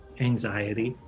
anxiety,